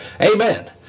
Amen